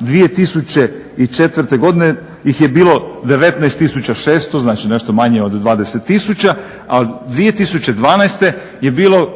2004. godine ih je bilo 19600 znači nešto manje od 20000 a 2012. je bilo